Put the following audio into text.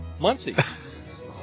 Muncie